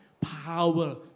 power